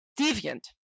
deviant